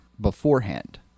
beforehand